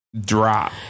drop